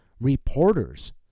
reporters